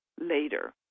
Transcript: later